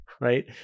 right